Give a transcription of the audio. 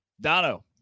Dono